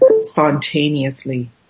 spontaneously